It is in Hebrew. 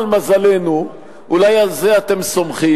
אבל מזלנו, אולי על זה אתם סומכים,